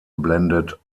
blendet